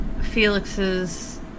Felix's